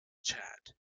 chad